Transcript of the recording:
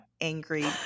Angry